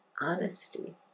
honesty